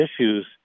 issues